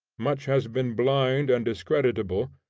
much has been blind and discreditable,